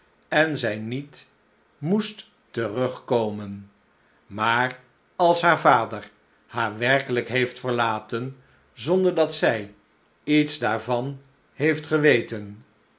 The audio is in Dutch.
en zij niet moest terugkomen maar als haar vader haar werkelijk heeft verlaten zonder dat zij iets daarvah heeft geweten